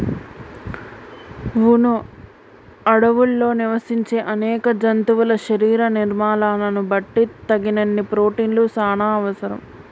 వును అడవుల్లో నివసించే అనేక జంతువుల శరీర నిర్మాణాలను బట్టి తగినన్ని ప్రోటిన్లు చానా అవసరం